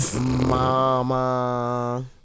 mama